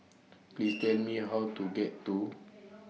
Please Tell Me How to get to